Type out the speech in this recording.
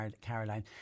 Caroline